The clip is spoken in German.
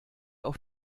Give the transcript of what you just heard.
auf